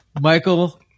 Michael